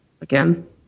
Again